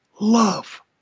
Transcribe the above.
love